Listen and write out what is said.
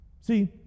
See